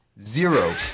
Zero